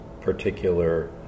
particular